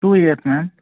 two years ma'am